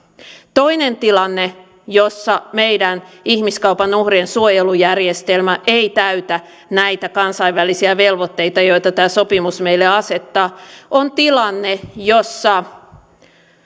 toinen tilanne jossa meidän ihmiskaupan uhrien suojelujärjestelmä ei täytä näitä kansainvälisiä velvoitteita joita tämä sopimus meille asettaa on tilanne jossa